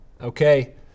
okay